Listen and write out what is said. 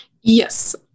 Yes